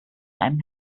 einem